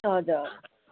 हजुर